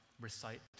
recite